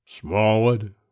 Smallwood